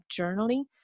journaling